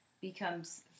becomes